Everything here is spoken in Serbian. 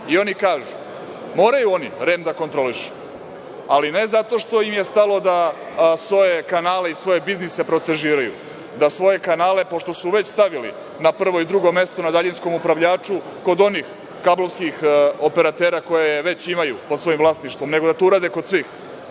kažu da moraju oni REM da kontrolišu, ali ne zato što im je stalo da svoje kanale i svoje biznise protežiraju, da svoje kanale, pošto su već stavili na prvo i drugo mesto na daljinskom upravljaču kod onih kablovskih operatera koje već imaju pod svojim vlasništvom, nego da to urade kod svih,